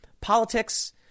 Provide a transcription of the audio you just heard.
politics